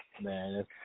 Man